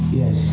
yes